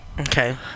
Okay